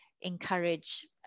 encourage